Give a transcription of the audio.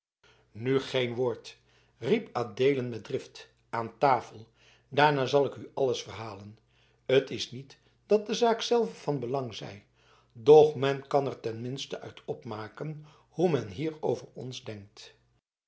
nu geen woord riep adeelen met drift aan tafel daarna zal ik u alles verhalen t is niet dat de zaak zelve van belang zij doch men kan er ten minste uit opmaken hoe men hier over ons denkt